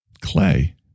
clay